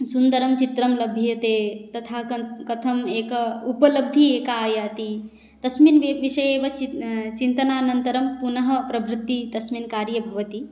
सुन्दरं चित्रं लभ्यते तथा क कथं एका उपलब्धिः एका आयाति तस्मिन् वि विषये एव चि चिन्तनानन्तरं पुनः प्रवृत्तिः तस्मिन् कार्ये भवति